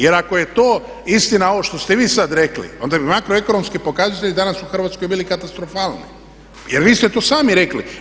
Jer ako je to istina ovo što ste vi sad rekli, onda bi makroekonomski pokazatelji danas u Hrvatskoj bili katastrofalni, jer vi ste to sami rekli.